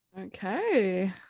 Okay